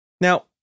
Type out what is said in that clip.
Now